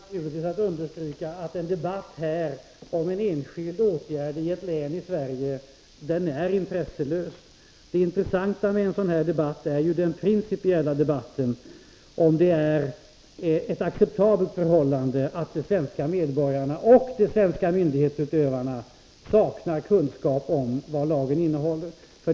Herr talman! Jag är naturligtvis angelägen att understryka att en debatt här om en enskild åtgärd i ett län i Sverige är intresselös. Det intressanta är den principiella debatten om huruvida det är ett acceptabelt förhållande att svenska medborgare och svenska myndighetsutövare saknar kunskap om vad lagen innehåller.